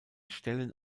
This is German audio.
stellen